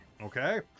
Okay